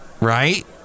Right